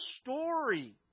story